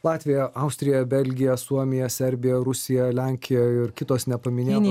latvija austrija belgija suomija serbija rusija lenkija ir kitos nepaminėtos